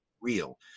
real